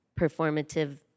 performative